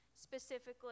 specifically